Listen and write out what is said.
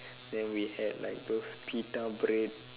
then we had like those pita bread